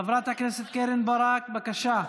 חברת הכנסת קרן ברק, בבקשה.